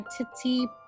identity